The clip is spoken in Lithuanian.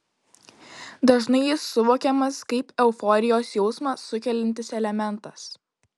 dažnai jis suvokiamas kaip euforijos jausmą sukeliantis elementas